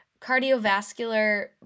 cardiovascular